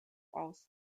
aus